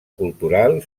cultural